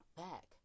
back